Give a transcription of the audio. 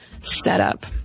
setup